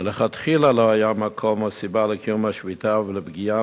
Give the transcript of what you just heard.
מלכתחילה לא היה מקום או סיבה לקיום השביתה ולפגיעה